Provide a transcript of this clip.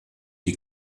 die